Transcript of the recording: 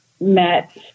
met